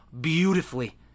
beautifully